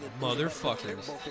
Motherfuckers